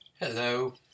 Hello